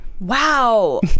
wow